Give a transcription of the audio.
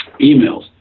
emails